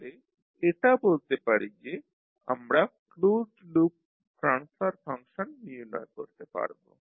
তাহলে এটা বলতে পারি যে আমরা ক্লোজড লুপ ট্রান্সফার ফাংশন নির্ণয় করতে পারব